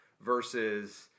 versus